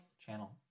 channel